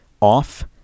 off